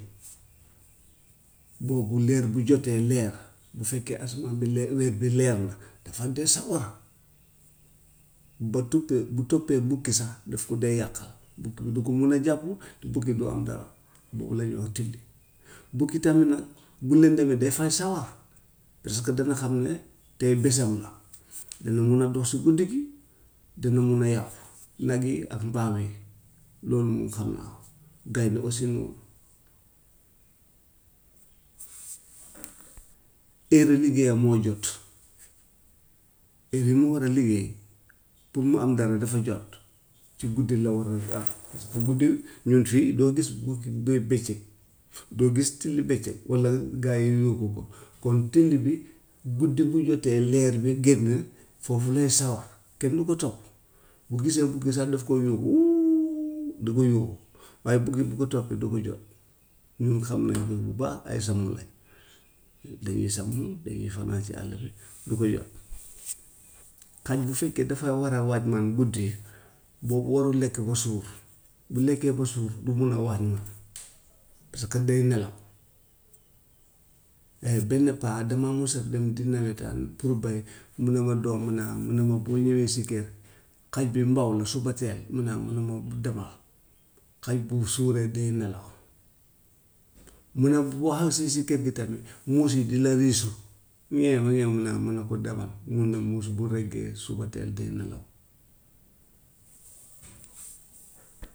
Boobu léer bu jotee leer, bu fekkee asamaan bi le- weer bi leer na dafa de sawar. Boo toppee bu toppee bukki sax daf ko dee yàqa bukki bi du ko mun a jàpp te bukki du am dara, boobu la ñuy wax till. Bukki tamit nag bu lëndamee dafay sawar parce que dana xam ne tey bésam la dana mun a dox si guddi gi, dana mën a yàpp nag yi ak mbaam yi loolu moom xam naa ko, gaynde aussi noonu heure(u) liggéeyam moo jot heure yu mu war a liggéey pour mu am dara dafa jot ci guddi la waroon am parce que guddi ñun fii doo gis bukki bë- bëccëg, doo gis till bëccëg walla gaa yi yuuxu ko. Kon till bi guddi gu jotee leer bi génn foofu lay sawar kenn du ko topp, bu gisee bukki sax daf koy yuuxu wuu da koy yuuxu, waaye bukki bu ko topp du ko jot, ñun xam nañ ko bu baax ay sàmm lañ, dañuy sàmm, dañuy fanaan si àll bi du ko jot. Kële bu fekkee dafa war a waaj man bu dee boobu warut lekk ba suur bu lekkee ba suurdu mun a waaj ñëw parce que day nelaw. Léegi benn paa dama mos a dem di nawetaan pour béy mu ne ma doom ma ne ah mu ne ma boo ñëwee si kër xaj bi mbow la subateel mu ne ah, mu ne ma bu demal, xaj bu suuree day nelaw. Mu ne boo àgg see si kër gi tamit muus yi di la riisu ŋeew ŋeew ŋeew ma ne ko demal, mu ne muus bu reggee subateel day nelaw.